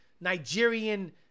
nigerian